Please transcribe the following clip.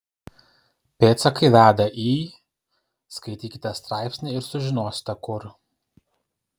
pėdsakai veda į skaitykite straipsnį ir sužinosite kur